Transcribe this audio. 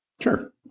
Sure